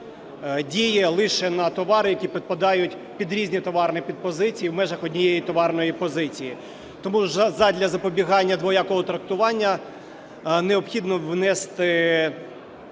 діє лише на товари, які підпадають під різні товарні підпозиції в межах однієї товарної позиції. Тому задля запобігання двоякого трактування необхідно внести